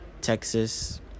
texas